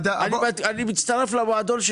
אלה חברות ש